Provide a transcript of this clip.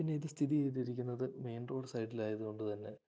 പിന്നെ ഇത് സ്ഥിതി ചെയ്തിരിക്കുന്നത് മെയിൻ റോഡ് സൈഡിലായതുകൊണ്ടു തന്നെ